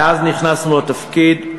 מאז נכנסנו לתפקיד.